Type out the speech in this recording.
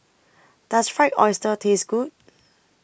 Does Fried Oyster Taste Good